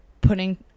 putting